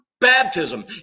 baptism